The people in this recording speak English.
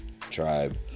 tribe